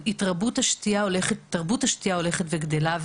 תרבות השתייה הולכת וגדלה,